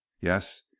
Yes